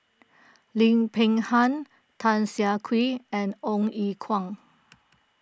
Lim Peng Han Tan Siah Kwee and Ong Ye Kung